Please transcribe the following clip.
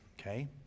okay